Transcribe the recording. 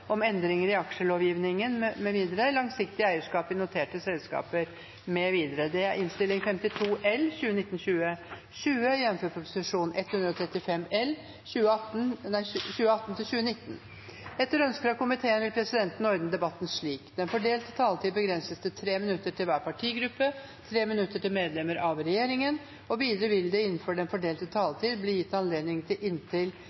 om ordet til sak nr. 3. Etter ønske fra næringskomiteen vil presidenten ordne debatten slik: Den fordelte taletid begrenses til 3 minutter til hver partigruppe og 3 minutter til medlemmer av regjeringen. Videre vil det – innenfor den fordelte taletid – bli gitt anledning til inntil